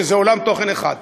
שזה עולם תוכן אחד,